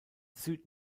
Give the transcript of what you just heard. süd